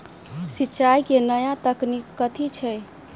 सिंचाई केँ नया तकनीक कथी छै?